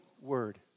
word